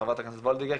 חה"כ וולדיגר,